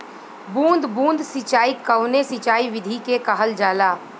बूंद बूंद सिंचाई कवने सिंचाई विधि के कहल जाला?